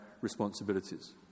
responsibilities